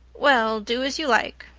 well, do as you like,